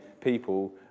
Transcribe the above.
people